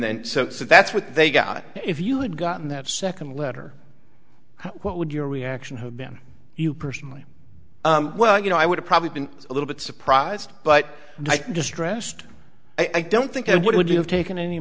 then so that's what they got if you had gotten that second letter what would your reaction have been you personally well you know i would have probably been a little bit surprised but distressed i don't think i would have taken any